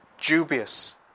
dubious